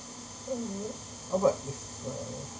uh how about if uh